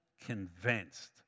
convinced